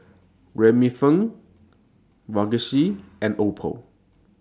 Remifemin Vagisil and Oppo